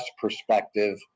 perspective